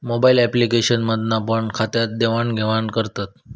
mobile application मधना पण खात्यात देवाण घेवान करतत